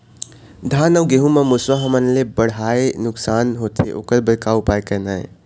धान अउ गेहूं म मुसवा हमन ले बड़हाए नुकसान होथे ओकर बर का उपाय करना ये?